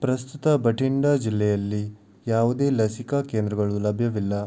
ಪ್ರಸ್ತುತ ಬಠಿಂಡಾ ಜಿಲ್ಲೆಯಲ್ಲಿ ಯಾವುದೇ ಲಸಿಕಾ ಕೇಂದ್ರಗಳು ಲಭ್ಯವಿಲ್ಲ